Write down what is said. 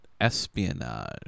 espionage